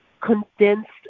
condensed